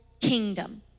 kingdom